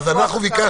נכון, אנחנו ביקשנו